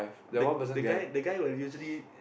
the the guy the guy will usually